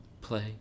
Play